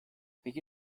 peki